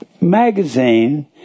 magazine